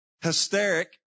hysteric